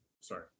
Sorry